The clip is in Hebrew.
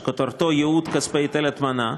שכותרתו: ייעוד כספי היטל הטמנה,